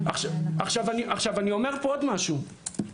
עכשיו, אני אומר פה עוד משהו,